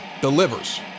delivers